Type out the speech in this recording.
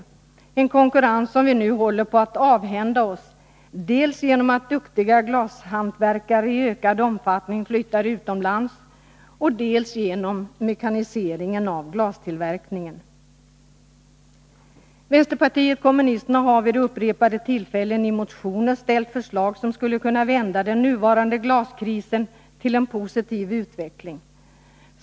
Denna konkurrenskraft håller vi nu på att avhända oss dels genom att duktiga glashantverkare i ökad omfattning flyttar utomlands, dels genom mekaniseringen av glastillverkningen. Vänsterpartiet kommunisterna har vid upprepade tillfällen i motioner ställt förslag som skulle kunna vända den nuvarande glaskrisen till en positiv utveckling.